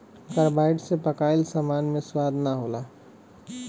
carbide से पकाइल सामान मे स्वाद ना होला